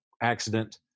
accident